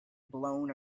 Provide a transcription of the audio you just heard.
blown